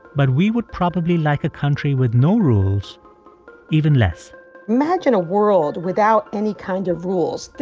but we would probably like a country with no rules even less imagine a world without any kind of rules.